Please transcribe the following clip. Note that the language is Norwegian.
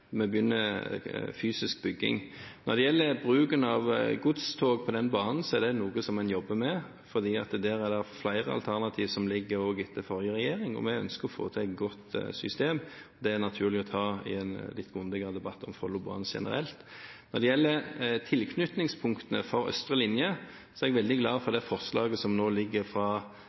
Vi begynner med fysisk bygging. Når det gjelder bruken av godstog på denne banen, er det noe som en jobber med. Det er flere alternativer som foreligger etter forrige regjering, og vi ønsker å få til et godt system. Det er naturlig å ta i en litt grundigere debatt om Follobanen generelt. Når det gjelder tilknytningspunktene for østre linje, er jeg veldig glad for det forslaget som nå foreligger fra